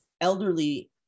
elderly